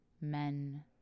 Men